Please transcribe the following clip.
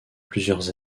plusieurs